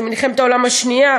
בזמן מלחמת העולם השנייה.